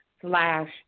slash